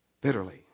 bitterly